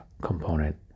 component